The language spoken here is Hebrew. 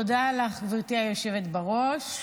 תודה לך, גברתי היושבת בראש,